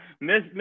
miss